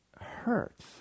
hurts